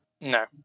No